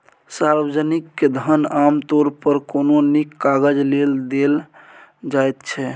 सार्वजनिक धन आमतौर पर कोनो नीक काजक लेल देल जाइत छै